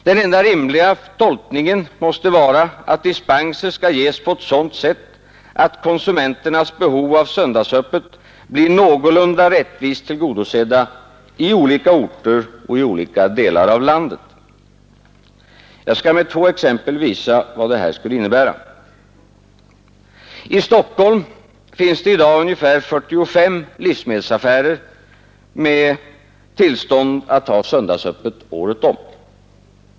Den enda rimliga tolkningen måste vara att dispenser skall ges på ett sådant sätt, att konsumenternas behov av söndagsöppet blir någorlunda rättvist tillgodosedda på olika orter och i olika delar av landet. Jag skall med två exempel visa vad detta skulle innebära. I Stockholm finns det i dag ungefär 45 livsmedelsaffärer med tillstånd att ha söndagsöppet året om.